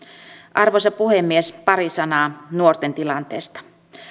arvoisa puhemies pari sanaa nuorten tilanteesta